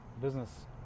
Business